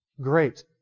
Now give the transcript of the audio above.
Great